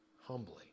humbly